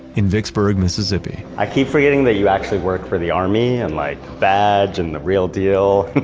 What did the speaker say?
in vicksburg, mississippi i keep forgetting that you actually work for the army, and like badge and the real deal.